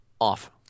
off